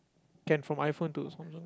can from iPhone to Samsung